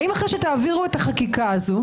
האם אחרי שתעבירו את החקיקה הזו,